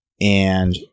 and-